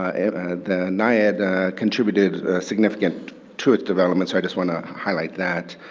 ah nia contributed significant to its development, so i just want to highlight that.